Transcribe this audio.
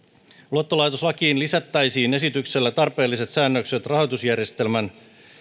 luottolaitoslakiin lisättäisiin esityksellä tarpeelliset säännökset rahoitusjärjestelmän